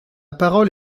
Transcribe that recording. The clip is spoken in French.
parole